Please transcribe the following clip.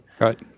Right